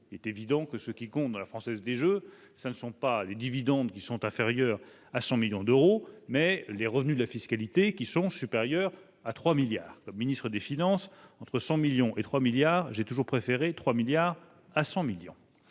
Il est évident que ce qui compte dans la Française des jeux, ce ne sont pas les dividendes, lesquelles sont inférieurs à 100 millions d'euros, mais les revenus de la fiscalité qui sont supérieurs à 3 milliards d'euros. Comme ministre des finances, entre 100 millions d'euros et 3 milliards d'euros, j'ai toujours préféré les 3 milliards ! C'est